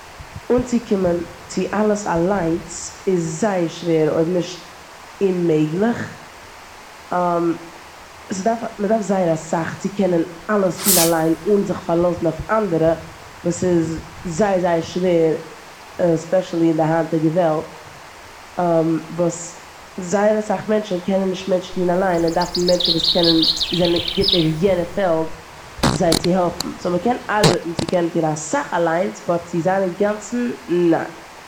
אנצוקומען צו אלעס איינס איז זייער שווער, אויב נישט אוממעגליך. ס'דארף- מ'דארף זייער אסאך צו קענען אלעס טון אליין אן זיך פארלאזן אויף אנדערע וואס איז זייער, זייער שווער, עספעשילי אין די היינטיגע וועלט וואס זייער אסאך מענטשן קענען נישט מענטשן טון אליין און דארפן מענטשן וואס קענען- זענען גוט אין די פעלד זיי צו העלפן. סאו מ'קען ארבעטן צו קענען טון אסאך אליין אבער צו זיין אינגאנצן, ניין.